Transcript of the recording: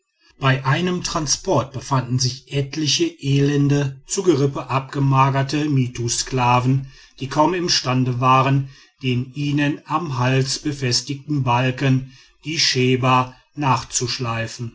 bei einem transport befanden sich etliche elende zu gerippen abgemagerte mittusklaven die kaum imstande waren den ihnen am halse befestigten balken die